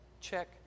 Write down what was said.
check